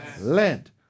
Lent